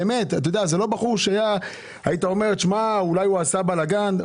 זה לא בחור שהיית אומר שאולי הוא עשה בלגן.